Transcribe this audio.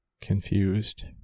confused